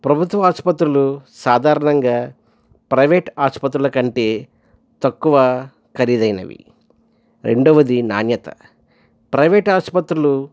ప్రభుత్వ ఆసుపత్రులు సాధారణంగా ప్రైవేట్ ఆసుపత్రుల కంటే తక్కువ ఖరీదైనవి రెండవది నాణ్యత ప్రైవేట్ ఆస్పత్రులు